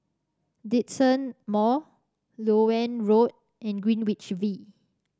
Djitsun Mall Loewen Road and Greenwich V